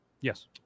yes